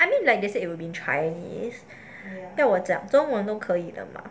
I mean they said using chinese 但我讲中文都可以的 lah